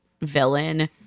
villain